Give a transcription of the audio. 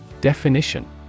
Definition